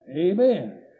Amen